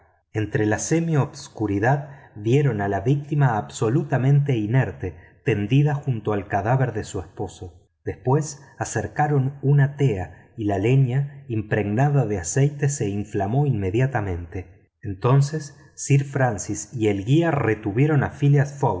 entre la semioscuridad vieron a la víctima absolutamente inerte tendida junto al cadáver de su esposo después acercaron una tea y la leña impregnada de aceite se inflamó inmediatamente entonces sir francis y el guía retuvieron